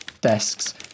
desks